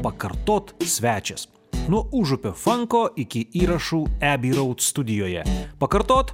pakartot svečias nuo užupio fanko iki įrašų ebi roud studijoje pakartot